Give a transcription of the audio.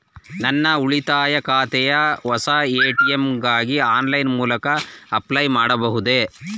ನನ್ನ ಉಳಿತಾಯ ಖಾತೆಯ ಹೊಸ ಎ.ಟಿ.ಎಂ ಗಾಗಿ ಆನ್ಲೈನ್ ಮೂಲಕ ಅಪ್ಲೈ ಮಾಡಬಹುದೇ?